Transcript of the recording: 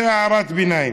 זו הערת ביניים.